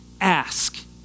ask